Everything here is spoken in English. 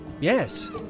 Yes